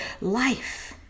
life